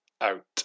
out